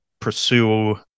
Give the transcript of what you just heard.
pursue